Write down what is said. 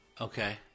Okay